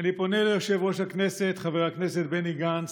אני פונה ליושב-ראש הכנסת חבר הכנסת בני גנץ,